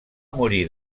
morir